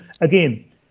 Again